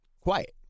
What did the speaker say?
quiet